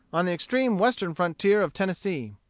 on the extreme western frontier of tennessee.